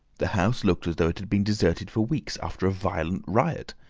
the house looked as though it had been deserted for weeks after a violent riot.